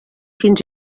fins